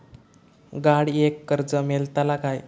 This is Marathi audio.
गाडयेक कर्ज मेलतला काय?